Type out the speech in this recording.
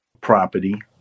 Property